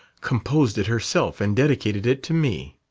composed it herself and dedicated it to me.